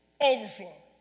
Overflow